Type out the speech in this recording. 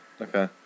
Okay